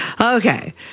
Okay